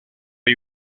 hay